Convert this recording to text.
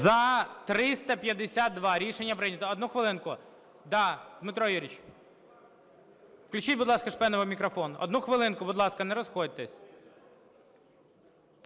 За-352 Рішення прийнято. Одну хвилинку. Да, Дмитро Юрійович. Включіть, будь ласка, Шпенову мікрофон. Одну хвилинку, будь ласка, не розходьтеся.